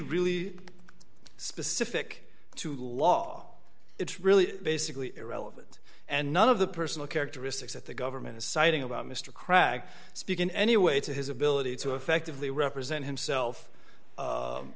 really specific to law it's really basically irrelevant and none of the personal characteristics that the government is citing about mr cragg speak in any way to his ability to effectively represent himself